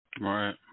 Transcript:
right